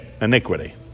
iniquity